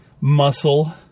muscle